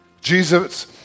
Jesus